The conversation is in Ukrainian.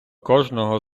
кожного